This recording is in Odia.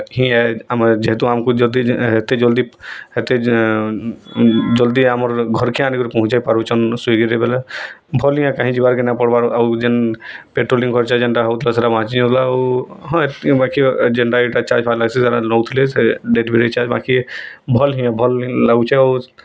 ହିଁ ଆଡ଼ ଆମ ଯେହେତୁ ଆମକୁ ଯଦି ହେତେ ଜଲ୍ଦି ହେତେ ଜଲ୍ଦି ଆମର ଘର୍କେ ଆନିକରି ପହଞ୍ଚେଇ ପାରୁଛନ୍ ସ୍ଵିଗିରେ ବୋଲେ ଭଲ ଏ କାହିଁ ଯିବାର୍କେ ନାଇଁ ପଡ଼ବାର ଆଉ ଯେନ୍ ପେଟ୍ରୋଲିଙ୍ଗ ଖର୍ଚ୍ଚା ଯେନ୍ତା ହଉଥିଲା ସେଟା ବଞ୍ଚି ଯାଉଥିଲା ଆଉ ହଁ ଏତିକି ବାକି ଯେନ୍ତା ଚାଲବାର ଲାଗ୍ସି ସେଟା ନେଉଥିଲେ ସେ ଡେଲିଭେରି ଚାର୍ଜ ବାକି ଭଲ୍ ହିଁ ଭଲ୍ ଲାଗୁଛେ ଆଉ